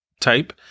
type